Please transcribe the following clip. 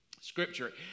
Scripture